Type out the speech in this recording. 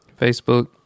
Facebook